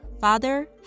father